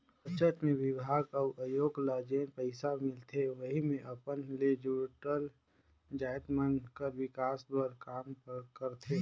budget मे बिभाग अउ आयोग ल जेन पइसा मिलथे वहीं मे अपन ले जुड़ल जाएत मन कर बिकास बर काम करथे